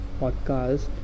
podcast